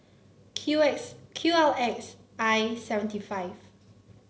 Q X Q L X I seven T five